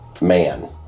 man